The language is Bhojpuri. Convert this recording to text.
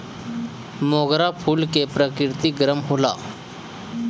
मोगरा फूल के प्रकृति गरम होला